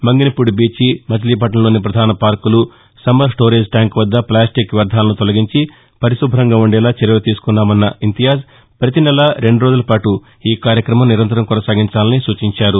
మంగినపూడిబీచ్ మచిలీపట్నంలోని పధాన పార్కులు సమ్మర్ స్టోరేజ్ ట్యాంక్ వద్ద ప్లాస్టిక్ వ్యర్దాలను తొలగించి పరిశుభ్రంగా ఉండేలా చర్యలు తీసుకున్నామన్న ఇంతియాజ్ పతి నెలా రెండు రోజుల పాటు ఈ కార్యక్రమం నిరంతరం కొనసాగించాలని సూచించారు